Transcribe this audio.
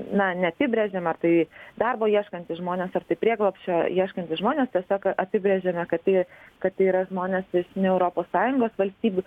na neapibrėžėm ar tai darbo ieškantys žmonės ar tai prieglobsčio ieškantys žmonės tiesiog apibrėžėme kad tai kad tai yra žmonės iš ne europos sąjungos valstybių